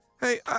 Hey